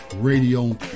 Radio